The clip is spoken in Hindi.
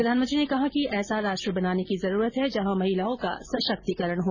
प्रधानमंत्री ने कहा कि ऐसा राष्ट्र बनाने की जरूरत है जहां महिलाओं का सशक्तिकरण हो